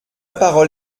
parole